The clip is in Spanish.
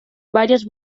varios